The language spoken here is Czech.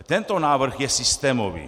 Tento návrh je systémový.